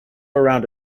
around